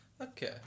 Okay